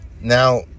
Now